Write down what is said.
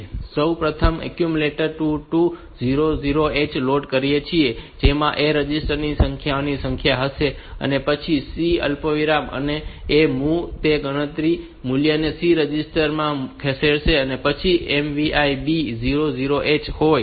તો આપણે સૌપ્રથમ એક્યુમ્યુલેટર 2 2 0 0 H લોડ કરીએ છીએ જેમાં A રજીસ્ટર માં સંખ્યાઓની સંખ્યા હશે અને પછી C અલ્પવિરામ A મુવ તે ગણતરી મૂલ્યને C રજિસ્ટર માં ખસેડશે અને પછી MVI B 00H હોય છે